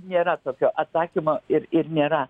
nėra tokio atsakymo ir ir nėra